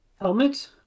helmet